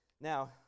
Now